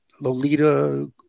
Lolita